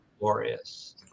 glorious